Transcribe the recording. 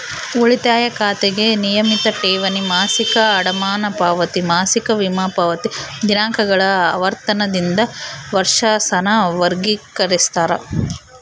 ಉಳಿತಾಯ ಖಾತೆಗೆ ನಿಯಮಿತ ಠೇವಣಿ, ಮಾಸಿಕ ಅಡಮಾನ ಪಾವತಿ, ಮಾಸಿಕ ವಿಮಾ ಪಾವತಿ ದಿನಾಂಕಗಳ ಆವರ್ತನದಿಂದ ವರ್ಷಾಸನ ವರ್ಗಿಕರಿಸ್ತಾರ